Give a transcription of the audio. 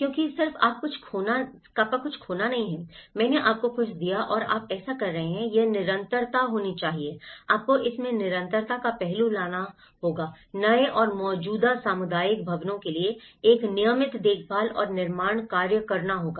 क्योंकि यह सिर्फ आप कुछ खोना नहीं है मैंने आपको कुछ दिया और आप ऐसा कर रहे हैं यह निरंतरता होनी चाहिए आपको इसमें निरंतरता का पहलू लाना होगा नए और मौजूदा सामुदायिक भवनों के लिए एक नियमित देखभाल और निर्माण कार्य करना होगा